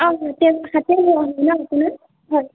অ হাতে হাতে বোৱা আছে ন আপোনাৰ হয়